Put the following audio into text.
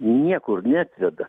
niekur neatveda